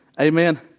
Amen